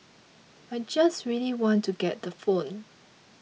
I just really want to get the phone